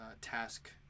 task